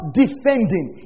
defending